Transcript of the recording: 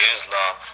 Islam